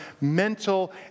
mental